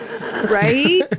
Right